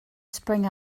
spring